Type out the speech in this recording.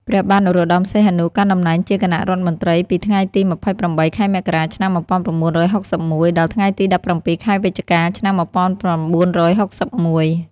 ព្រះបាទនរោត្តម សីហនុ កាន់តំណែងជាគណៈរដ្ឋមន្ត្រីពីថ្ងៃទី ២៨ ខែមករា ឆ្នាំ១៩៦១ ដល់ថ្ងៃទី ១៧ ខែវិច្ឆិកា ឆ្នាំ១៩៦១។